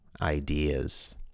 ideas